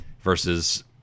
versus